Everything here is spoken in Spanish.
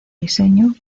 diseño